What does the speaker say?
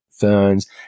ferns